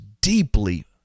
deeply